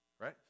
Right